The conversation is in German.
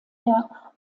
der